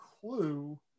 clue